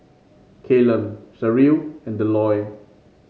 Callum Sherrill and Delois